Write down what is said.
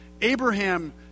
Abraham